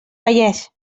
vallès